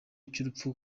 cy’urupfu